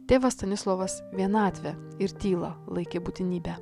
tėvas stanislovas vienatvę ir tylą laikė būtinybe